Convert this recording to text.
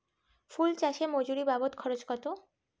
ফুল চাষে মজুরি বাবদ খরচ কত?